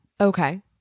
Okay